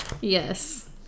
yes